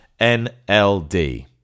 NLD